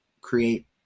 create